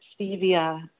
stevia